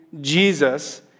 Jesus